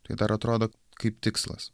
tai dar atrodo kaip tikslas